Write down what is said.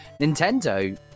nintendo